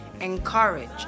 encourage